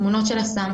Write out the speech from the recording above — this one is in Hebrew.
יש תמונות של הסם,